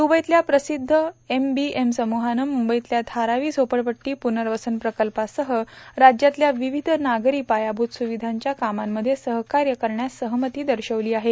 दुबईतल्या प्रसिद्ध एमबीएम समूहानं मुंबईतल्या धारावी झोपडपट्टी पुनर्वसन प्रकल्पासह राज्यातल्या विविध नागरी पायाभूत सुविधांच्या कामांमध्ये सहकार्य करण्यास सहमती दर्शवली आहे